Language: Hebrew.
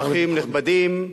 אורחים נכבדים,